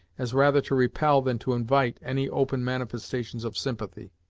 as rather to repel than to invite any open manifestations of sympathy.